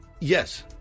Yes